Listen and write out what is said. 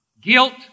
guilt